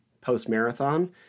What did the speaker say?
post-marathon